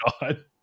God